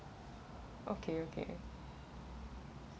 okay okay